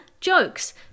Jokes